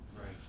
Right